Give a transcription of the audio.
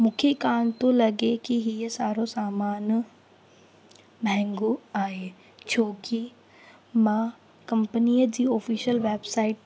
मूंखे कोन्ह पियो लॻे की हीअ सारो सामान महांगो आहे छोकी मां कंपनीअ जी ऑफिशियल वेबसाइट